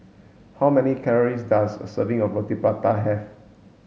how many calories does a serving of Roti Prata have